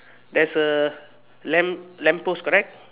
there's a lamp lamp post correct